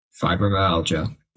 fibromyalgia